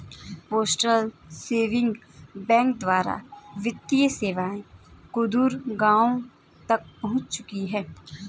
postal saving bank द्वारा वित्तीय सेवाएं सुदूर गाँवों तक पहुंच चुकी हैं